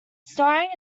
starring